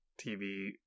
TV